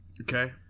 Okay